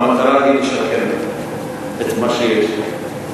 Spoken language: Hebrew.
המטרה היא לשקם את מה שיש.